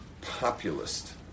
populist